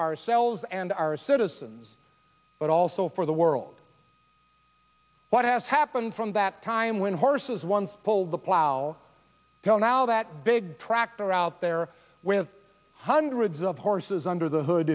ourselves and our citizens but also for the world what has happened from that time when horses once pulled the plow till now that big tractor out there with hundreds of horses under the hood